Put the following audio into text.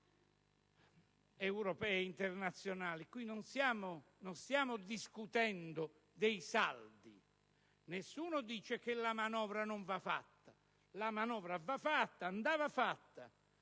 europee e internazionali. Non stiamo discutendo dei saldi: nessuno dice che la manovra non andava fatta; la manovra andava fatta,